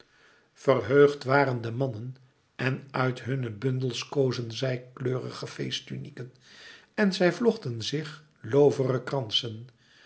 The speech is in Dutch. verheugd waren de mannen en uit hunne bundels kozen zij kleurige feesttunieken en zij vlochten zich